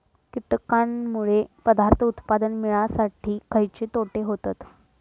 कीटकांनमुळे पदार्थ उत्पादन मिळासाठी खयचे तोटे होतत?